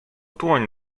dłoń